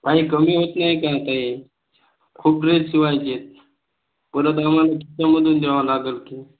काही कमी होत नाई का ताई खूप ड्रेस शिवायचे आहेत परत आम्हाला त्याच्यामधून द्यावं लागेल की